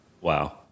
Wow